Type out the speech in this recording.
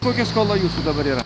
kokia skola jūsų dabar yra